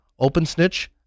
OpenSnitch